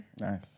Nice